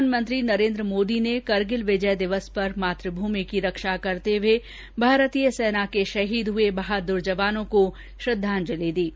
प्रधानमंत्री नरेन्द्र मोदी ने करगिल विजय दिवस पर मातभूमि की रक्षा करते हुए भारतीय सेना के शहीद हुए बहादुर जवानों को श्रद्वांजलि दी है